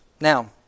Now